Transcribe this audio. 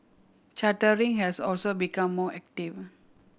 chartering has also become more active